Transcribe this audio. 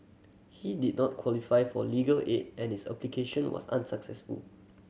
he did not qualify for legal aid and his application was unsuccessful